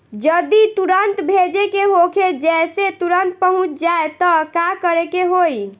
जदि तुरन्त भेजे के होखे जैसे तुरंत पहुँच जाए त का करे के होई?